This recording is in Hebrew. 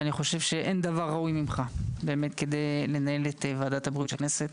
אין אדם ראוי ממך לנהל את ועדת הבריאות של הכנסת.